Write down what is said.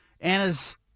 Anna's